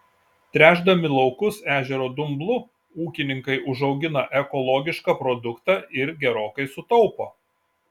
tręšdami laukus ežero dumblu ūkininkai užaugina ekologišką produktą ir gerokai sutaupo